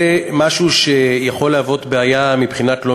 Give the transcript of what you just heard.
זה משהו שיכול להוות בעיה מבחינת לא